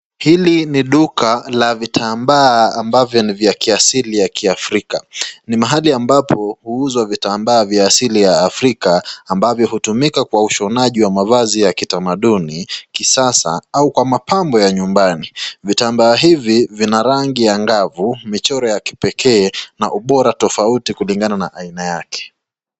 Hili ni duka la vitambaa ambavyo ni vya kiasili ya kiafrika. Ni mahali ambapo huuzwa vitambaa vya asili ya afrika ambavyo hutumika kwa ushonaji wa mavazi ya kitamaduni kisasa ama kwa mapambo ya nyumbani. Vitambaa hivi vina rangi angavu michoro ya kipekee na ubora tofauti kulingana na aina yake.